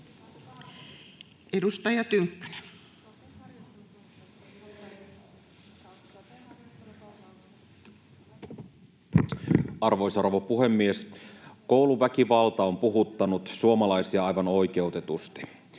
Edustaja Tynkkynen. Arvoisa rouva puhemies! Kouluväkivalta on puhuttanut suomalaisia aivan oikeutetusti.